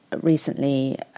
recently